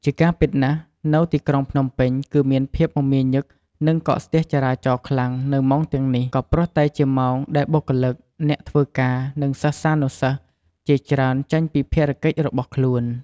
ជាការពិតណាស់ នៅទីក្រុងភ្នំពេញគឺមានភាពមមាញឹកនិងកកស្ទះចរាចរណ៍ខ្លាំងនៅម៉ោងទាំងនេះ ក៏ព្រោះតែជាម៉ោងដែលបុគ្កលិក អ្នកធ្វើការនិងសិស្សានុសិស្សជាច្រើនចេញពីភារកិច្ចរបស់ខ្លួន។